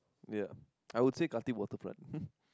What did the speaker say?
ya I would say Khatib waterfront